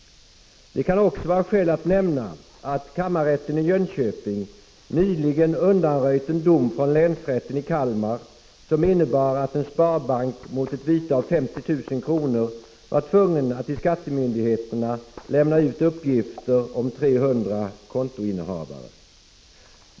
Det kan också finnas skäl att nämna att kammarrätten i Jönköping nyligen undanröjt en dom från länsrätten i Kalmar som innebar att en sparbank mot ett vite av 50 000 kr. var tvungen att till skattemyndigheterna lämna ut uppgifter om 300 kontoinnehavare.